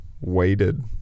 waited